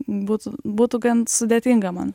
būtų būtų gan sudėtinga man